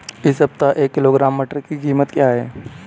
इस सप्ताह एक किलोग्राम मटर की कीमत क्या है?